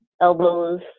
elbows